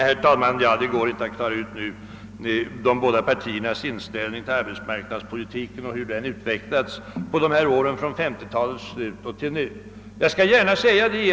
Herr talman! De båda partiernas inställning till arbetsmarknadspolitiken och till hur den utvecklats under åren från 1950-talets slut går inte att skildra på ett par minuter.